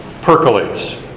percolates